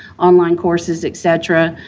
online courses, etc.